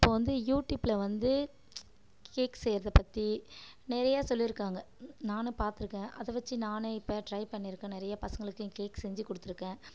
இப்போ வந்து யூடியூப்ல வந்து கேக் செய்யிறதைப்பத்தி நிறையா சொல்லியிருக்காங்க நானும் பார்த்துருக்கன் அதை வச்சு நானே இப்போ ட்ரை பண்ணியிருக்கன் நிறைய பசங்களுக்கும் கேக் செஞ்சு கொடுத்துருக்கன்